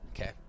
Okay